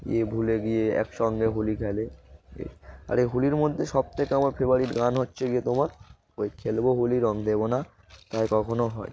ইয়ে ভুলে গিয়ে একসঙ্গে হোলি খেলে এ আর এই হোলির মধ্যে সবথেকে আমার ফেভারিট গান হচ্ছে গিয়ে তোমার ওই খেলব হোলি রং দেবো না তাই কখনও হয়